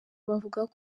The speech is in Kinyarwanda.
bavugaga